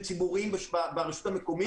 ציבוריים ברשות המקומית.